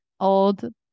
old